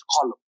column